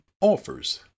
Offers